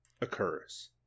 Occurs